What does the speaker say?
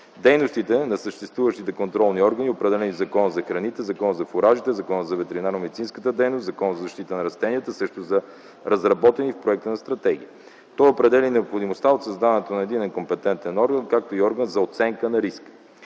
Дейностите на съществуващите контролни органи, определени в Закона за храните, Закона за фуражите, Закона за ветеринарно-медицинската дейност, Закона за защита на растенията, също са разработени в проекта на стратегията. Той определя необходимостта от създаването на единен компетентен орган, както и орган за оценка на риска.